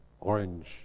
orange